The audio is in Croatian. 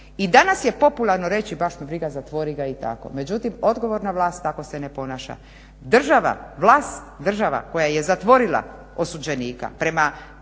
I danas je popularno reći baš me briga, zatvori ga i tako, međutim odgovorna vlast tako se ne ponaša. Država, vlast država koja je zatvorila osuđenika prema